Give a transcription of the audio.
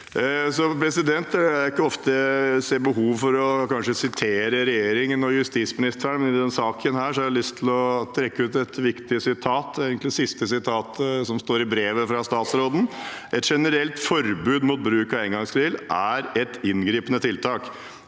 er det. Det er ikke ofte jeg ser behov for å sitere regjeringen og justisministeren, men i denne saken har jeg lyst til å trekke ut et viktig sitat, som er det siste som står i brevet fra statsråden: «Et generelt forbud mot bruk av engangsgrill er et inngripende tiltak.